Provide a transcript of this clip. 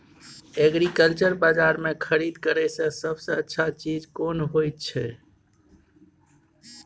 Agriculture बाजार में खरीद करे से सबसे अच्छा चीज कोन होय छै?